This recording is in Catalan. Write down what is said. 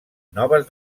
noves